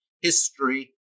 history